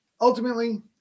Ultimately